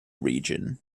religion